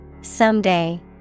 Someday